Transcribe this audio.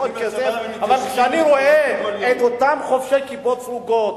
אבל כשאני רואה אותם חובשי כיפות סרוגות,